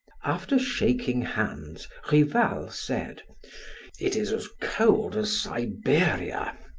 after shaking hands, rival said it is as cold as siberia.